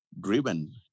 Driven